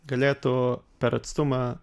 galėtų per atstumą